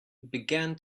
began